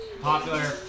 popular